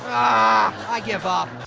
ahh, i give up.